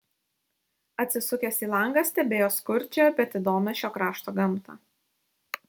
atsisukęs į langą stebėjo skurdžią bet įdomią šio krašto gamtą